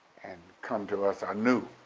and come to us ah anew.